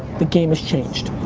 the game has changed.